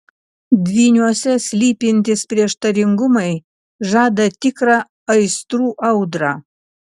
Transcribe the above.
dvyniuose slypintys prieštaringumai žada tikrą aistrų audrą